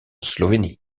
slovénie